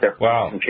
Wow